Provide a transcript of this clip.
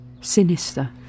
Sinister